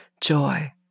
joy